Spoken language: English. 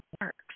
works